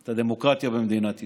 את הדמוקרטיה במדינת ישראל.